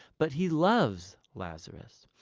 but he loves lazarus.